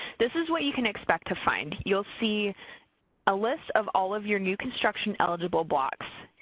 this is what you can expect to find. you'll see a list of all of your new construction eligible blocks.